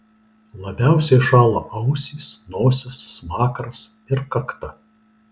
labiausiai šąla ausys nosis smakras ir kakta